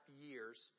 years